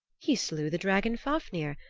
he slew the dragon fafnir,